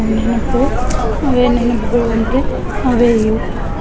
ಅವು ನೆನಪು ಅವೇ ನೆನಪುಗಳು ಅಂದರೆ ಅವೇ ಇವು